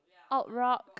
alt rock